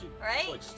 Right